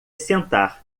sentar